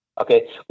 okay